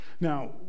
Now